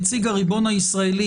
נציג הריבון הישראלי,